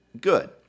good